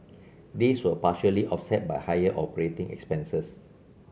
these were partially offset by higher operating expenses